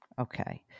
Okay